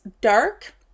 dark